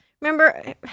remember